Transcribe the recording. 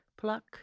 pluck